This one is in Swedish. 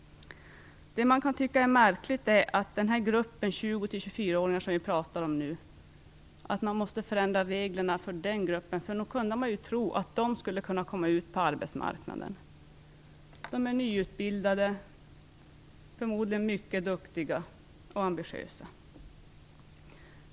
Man kan tycka att det är märkligt att reglerna måste förändras för gruppen 20-24-åringar, som vi nu pratar om. Man skulle ju kunna tro att den här gruppen kan komma ut på arbetsmarknaden. De här ungdomarna är ju nyutbildade och förmodligen mycket duktiga och ambitiösa.